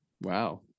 Wow